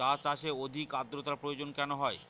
চা চাষে অধিক আদ্রর্তার প্রয়োজন কেন হয়?